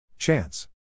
Chance